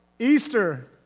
Easter